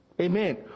Amen